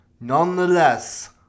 Nonetheless